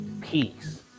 peace